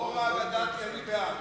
"הורה אגדתי" אני בעד.